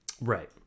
right